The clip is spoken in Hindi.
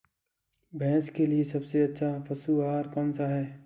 भैंस के लिए सबसे अच्छा पशु आहार कौनसा है?